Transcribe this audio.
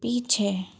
पीछे